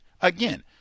again